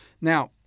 Now